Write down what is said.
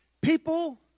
People